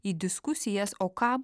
į diskusijas o kam